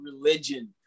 religion